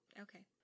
Okay